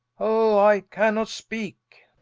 o, i cannot speake